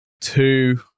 two